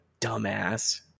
dumbass